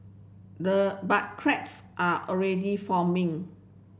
the but cracks are already forming